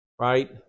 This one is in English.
Right